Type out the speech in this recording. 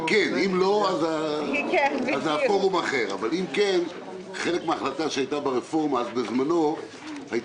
אם כן אם לא אז זה פורום אחר חלק מן ההחלטה ברפורמה בזמנו הייתה